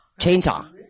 Chainsaw